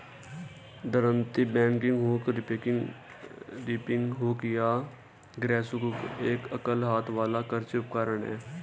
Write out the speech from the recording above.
दरांती, bagging hook, reaping hook या grass hook एक एकल हाथ वाला कृषि उपकरण है